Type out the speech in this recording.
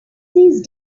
these